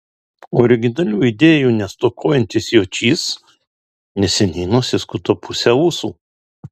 originalių idėjų nestokojantis jočys neseniai nusiskuto pusę ūsų